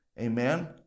amen